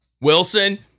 Wilson